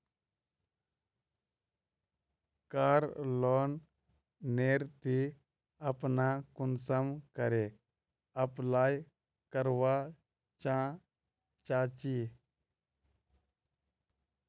कार loan नेर ती अपना कुंसम करे अप्लाई करवा चाँ चची?